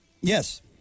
Yes